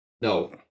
no